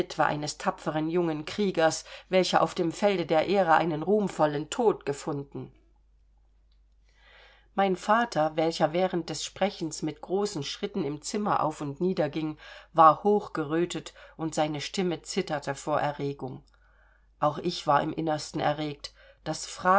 eines tapferen jungen kriegers welcher auf dem felde der ehre einen ruhmvollen tod gefunden mein vater welcher während des sprechens mit großen schritten im zimmer auf und nieder ging war hochgerötet und seine stimme zitterte vor erregung auch ich war im innersten erregt das